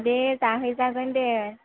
दे जाहैजागोन दे